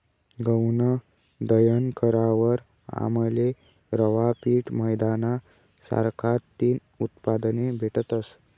गऊनं दयन करावर आमले रवा, पीठ, मैदाना सारखा तीन उत्पादने भेटतस